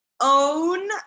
own